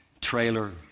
trailer